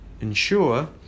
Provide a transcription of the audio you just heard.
ensure